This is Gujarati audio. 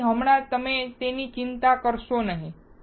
તેથી હમણાં તમે તેની ચિંતા કરશો નહીં